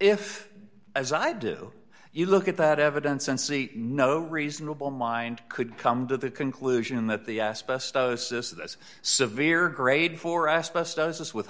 if as i do you look at that evidence and see no reasonable mind could come to the conclusion that the asbestosis of this severe grade for asbestosis with